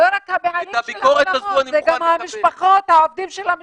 זה לא רק הבעלים של האולמות,